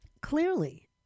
clearly